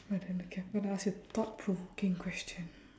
my turn okay I'm gonna ask you thought provoking question